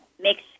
mix